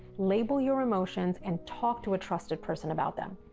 label your emotions and talk to a trusted person about them.